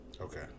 Okay